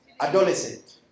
adolescent